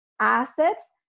assets